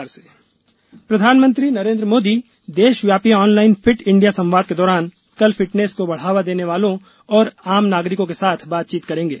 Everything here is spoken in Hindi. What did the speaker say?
पीएम फिट इंडिया प्रधानमंत्री नरेंद्र मोदी देशव्यापी ऑनलाइन फिट इंडिया संवाद के दौरान कल फिटनेस को बढ़ावा देने वालों और नागरिकों के साथ बातचीत करेंगे